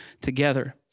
together